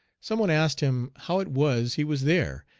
some one asked him how it was he was there,